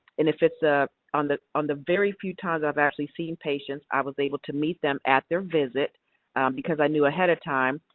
and if it's ah on the on the very few times i've actually seen patients, i was able to meet them at their visit because i knew ahead of time.